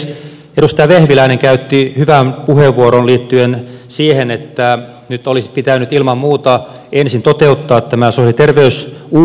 edustaja vehviläinen käytti hyvän puheenvuoron liittyen siihen että nyt olisi pitänyt ilman muuta ensin toteuttaa tämä sosiaali ja terveysuudistus